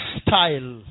style